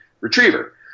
retriever